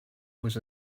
was